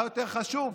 מה יותר חשוב,